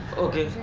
okay,